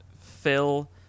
Phil